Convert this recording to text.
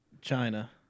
China